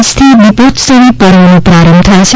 આજથી દીપોત્સવી પર્વનો પ્રારંભ થાય છે